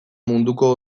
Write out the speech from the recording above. munduko